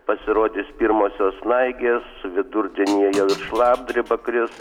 pasirodys pirmosios snaigės vidurdienį jau ir šlapdriba kris